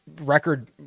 record